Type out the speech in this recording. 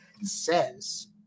says